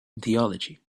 theology